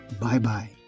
Bye-bye